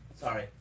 Sorry